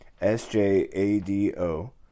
S-J-A-D-O